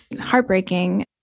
heartbreaking